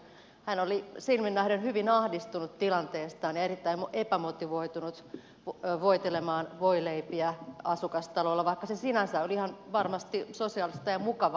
hän oli silminnähden hyvin ahdistunut tilanteestaan ja erittäin epämotivoitunut voitelemaan voileipiä asukastalolla vaikka se sinänsä oli ihan varmasti sosiaalista ja mukavaa